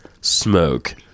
smoke